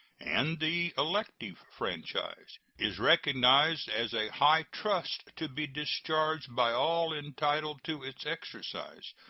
and the elective franchise is recognized as a high trust to be discharged by all entitled to its exercise,